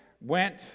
went